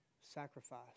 sacrifice